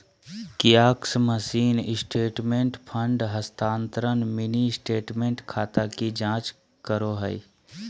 kiosk machine statement, fund हस्तानान्तरण, mini statement, खाता की जांच करो हइ